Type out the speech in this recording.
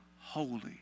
holy